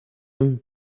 hong